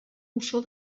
ossó